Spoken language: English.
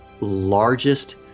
largest